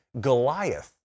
Goliath